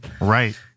right